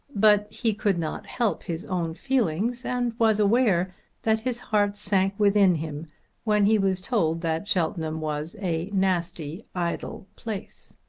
but he could not help his own feelings and was aware that his heart sank within him when he was told that cheltenham was a nasty idle place.